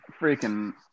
freaking